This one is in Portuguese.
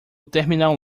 terminal